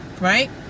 right